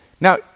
Now